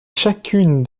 chacune